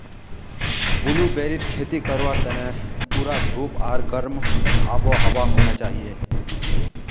ब्लूबेरीर खेती करवार तने पूरा धूप आर गर्म आबोहवा होना चाहिए